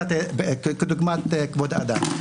כדוגמת כבוד האדם,